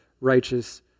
righteous